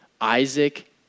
Isaac